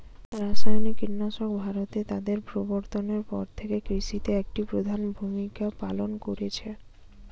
রাসায়নিক কীটনাশক ভারতে তাদের প্রবর্তনের পর থেকে কৃষিতে একটি প্রধান ভূমিকা পালন করেছে